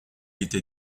était